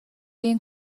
این